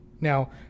Now